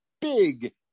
big